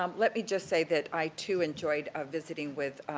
um let me just say that i too enjoyed ah visiting with